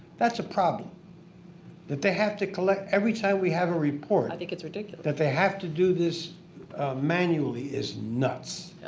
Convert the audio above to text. that's a problem that they have to collect. every time we have a report. i think it's ridiculous. that they have to do this manually is nuts.